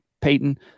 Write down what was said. Peyton